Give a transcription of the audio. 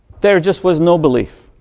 there just was no belief.